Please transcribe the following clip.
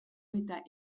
eta